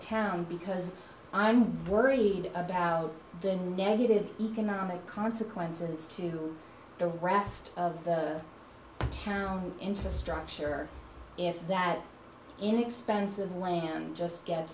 town because i'm worried about the negative economic consequences to the rest of the town infrastructure in that inexpensive land just get